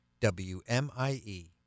WMIE